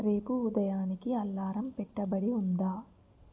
రేపు ఉదయానికి అలారం పెట్టబడి ఉందా